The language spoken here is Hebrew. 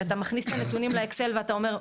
שאתה מכניס את הנתונים לאקסל ואתה אומר,